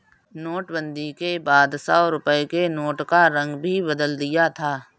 नोटबंदी के बाद सौ रुपए के नोट का रंग भी बदल दिया था